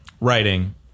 writing